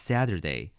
Saturday